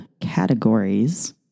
categories